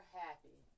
happy